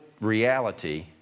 reality